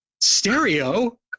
stereo